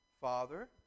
Father